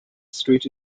street